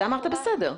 זה אמרת בסדר.